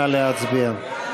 נא להצביע.